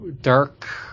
Dark